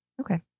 Okay